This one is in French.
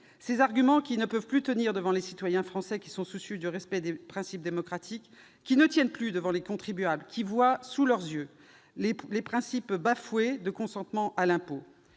Ces arguments ne peuvent plus tenir devant les citoyens français, soucieux du respect des principes démocratiques. Ils ne tiennent plus devant les contribuables, qui voient le principe du consentement à l'impôt